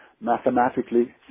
mathematically